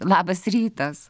labas rytas